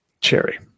Cherry